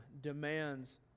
demands